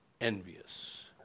envious